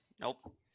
Nope